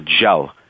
gel